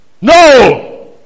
No